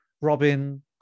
Robin